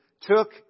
took